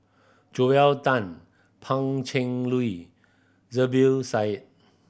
Joel Tan Pan Cheng Lui Zubir Said